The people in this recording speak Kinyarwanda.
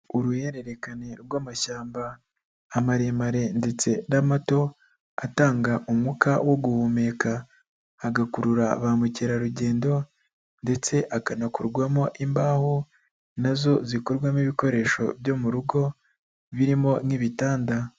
Uruhererekane rw'amashyamba, amaremare ndetse n'amato, atanga umwuka wo guhumeka, agakurura ba mukerarugendo ndetse akanakorwamo imbaho na zo zikorwamo ibikoresho byo mu rugo, birimo nk'ibitanda.